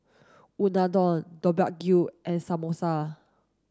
Unadon Deodeok Gui and Samosa